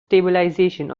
stabilization